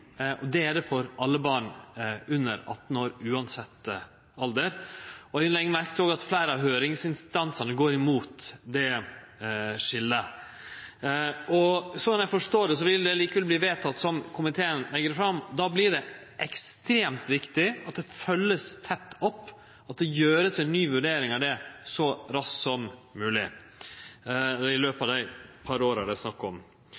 Det er det for alle barn under 18 år, uansett alder. Eg legg merke til at fleire av høyringsinstansane går imot det skillet. Sånn eg forstår det, vil det likevel verte vedteke som komiteen legg det fram. Då vert det ekstremt viktig at det vert følgt tett opp, og at det vert gjort ei ny vurdering av det så raskt som mogleg – i løpet av dei par åra det er snakk om.